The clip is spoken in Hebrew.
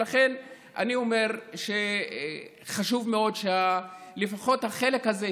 ולכן אני אומר: חשוב מאוד שלפחות החלק הזה,